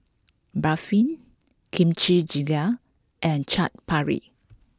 Barfi Kimchi jjigae and Chaat Papri